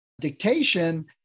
dictation